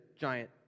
giant